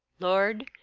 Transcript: lord,